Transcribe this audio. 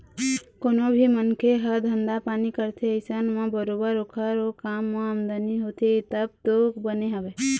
कोनो भी मनखे ह धंधा पानी करथे अइसन म बरोबर ओखर ओ काम म आमदनी होथे तब तो बने हवय